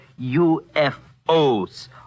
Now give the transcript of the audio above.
UFOs